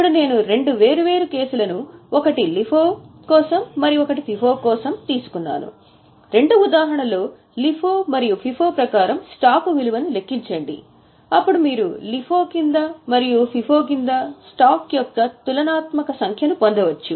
ఇప్పుడు నేను రెండు వేర్వేరు కేసులను ఒకటి FIFO కోసం మరియు ఒకటి LIFO కోసం తీసుకున్నాను రెండు ఉదాహరణల కోసం LIFO మరియు FIFO ప్రకారం స్టాక్ను ఇప్పుడు లెక్కించమని నేను మిమ్మల్ని అభ్యర్థిస్తాను అప్పుడు మీరు LIFO క్రింద మరియు FIFO క్రింద స్టాక్ యొక్క తులనాత్మక సంఖ్యను పొందవచ్చు